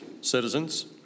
citizens